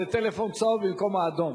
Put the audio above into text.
זה טלפון צהוב, במקום האדום.